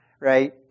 right